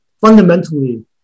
Fundamentally